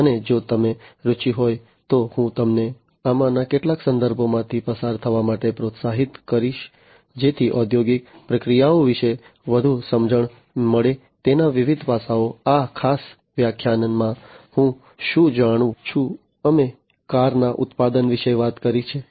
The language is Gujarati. અને જો તમને રુચિ હોય તો હું તમને આમાંના કેટલાક સંદર્ભોમાંથી પસાર થવા માટે પ્રોત્સાહિત કરીશ જેથી ઔદ્યોગિક પ્રક્રિયાઓ વિશે વધુ સમજણ મળે તેના વિવિધ પાસાઓ આ ખાસ વ્યાખ્યાનમાં હું શું જાણું છુંઅમે કારના ઉત્પાદન વિશે વાત કરી છે